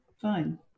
Fine